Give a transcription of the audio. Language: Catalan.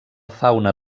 fauna